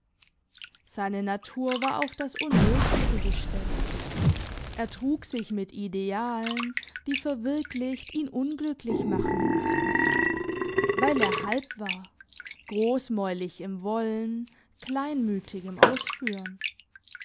seine natur war auf das unmögliche gestellt er trug sich mit idealen die verwirklicht ihn unglücklich machen müssten weil er halb war grossmäulich im wollen kleinmütig im ausführen